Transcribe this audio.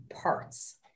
parts